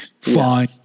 Fine